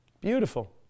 Beautiful